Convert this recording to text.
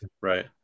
Right